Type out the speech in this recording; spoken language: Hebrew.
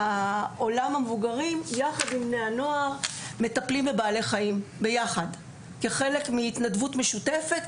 המבוגרים יחד עם בני הנוער מטפלים בבעלי חיים כחלק מהתנדבות משותפת,